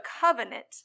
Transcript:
covenant